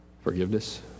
forgiveness